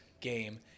game